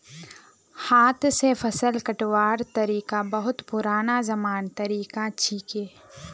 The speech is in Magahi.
हाथ स फसल कटवार तरिका बहुत पुरना जमानार तरीका छिके